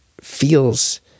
feels